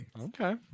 Okay